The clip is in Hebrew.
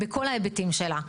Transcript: בכל ההיבטים שלה.